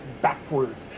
backwards